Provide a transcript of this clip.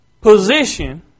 position